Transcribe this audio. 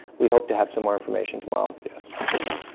we hope to have some more information tomorrow. yes. okay.